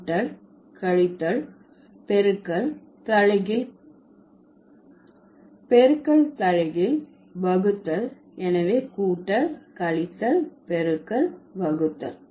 கூட்டல் கழித்தல் பெருக்கல் தலைகீழ் பெருக்கல் தலைகீழ் வகுத்தல் எனவே கூட்டல் கழித்தல் பெருக்கல் வகுத்தல்